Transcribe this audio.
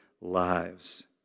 lives